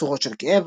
"צורות של כאב".